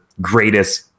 greatest